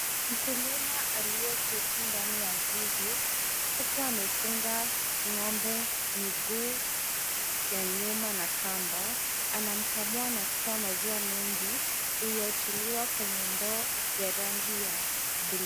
Mkulima aliyeketi ndani ya zizi huku amefunga ng'ombe mguu na kamba, anamkamua na kutoa maziwa mengi. Imetiliwa kwa ndoo ya rangi ya buluu.